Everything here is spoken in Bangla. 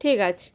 ঠিক আছে